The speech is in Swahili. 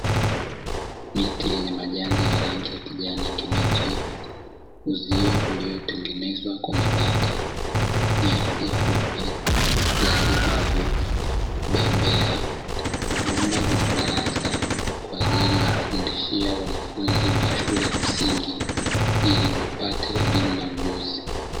Miti yenye majani ya rangi ya kijani kibichi, uzio uliotengenezwa kwa mabati, nyasi fupi, gari bovu, bembea, vyumba vya madarasa kwaajili ya kufundishia wanafunzi wa shule ya msingi ili wapate elimu na ujuzi.